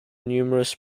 numerous